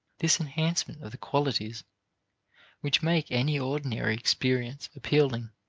this enhancement of the qualities which make any ordinary experience appealing,